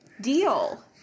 deal